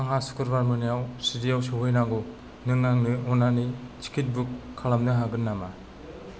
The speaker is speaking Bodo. आंहा सुखुबार मोनायाव स्रिदियाव सौहैनांगौ नों आंनो अन्नानै टिकेट बुक खालामनो हागोन नामा